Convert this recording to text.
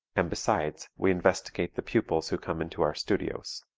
and besides, we investigate the pupils who come into our studios.